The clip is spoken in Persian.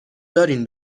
دارین